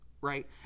right